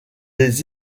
des